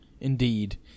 Indeed